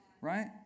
right